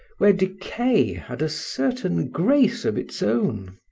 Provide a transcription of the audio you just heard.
where decay had a certain grace of its own.